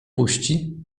puści